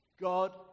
God